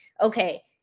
Okay